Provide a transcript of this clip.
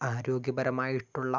ആരോഗ്യപരമായിട്ടുള്ള